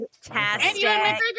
fantastic